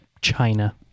china